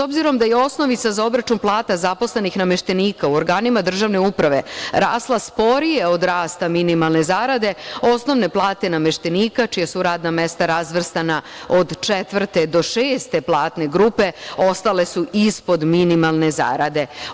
Obzirom da je osnovica za obračun plata zaposlenih nameštenika u organima državne uprave rasla sporije od rasta minimalne zarade, osnovne plate nameštenika čija su radna mesta razvrstana od četvrte do šeste platne grupe, ostale su ispod minimalne zarade.